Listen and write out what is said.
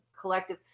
collective